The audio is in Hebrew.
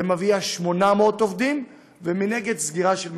ומביאה 800 עובדים, ומנגד, סגירה של מפעלים.